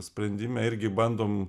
sprendime irgi bandom